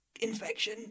infection